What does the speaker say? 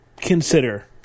consider